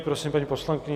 Prosím paní poslankyni.